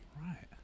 Right